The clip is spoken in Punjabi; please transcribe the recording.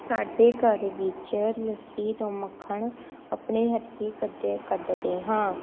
ਸਾਡੇ ਘਰ ਵਿੱਚ ਲੱਸੀ ਤੋਂ ਮੱਖਣ ਆਪਣੇ ਹੱਥੀਂ ਕੱਢੇ ਕੱਢਦੇ ਹਾਂ